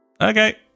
Okay